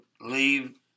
leave